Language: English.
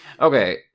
okay